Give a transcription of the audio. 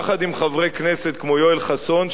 יחד עם חברי כנסת כמו יואל חסון,